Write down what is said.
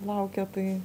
laukė tai